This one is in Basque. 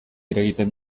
eragiten